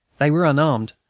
they were unarmed,